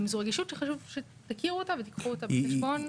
זו רגישות שחשוב שתכירו אותה ותיקחו אותה בחשבון.